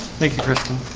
thank you kristen